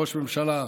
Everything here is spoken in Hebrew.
ראש ממשלה,